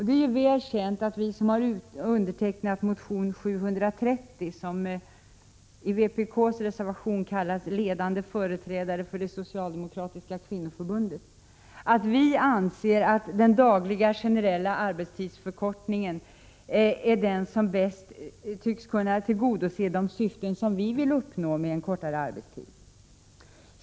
Det är väl känt att vi som undertecknat motion A730 — i vpk:s reservation kallas vi ”ledande företrädare för det socialdemokratiska kvinnoförbundet” — anser att den dagliga generella arbetstidsförkortningen bäst tillgodoser de syften som vi vill nå med en kortare arbetstid.